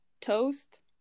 toast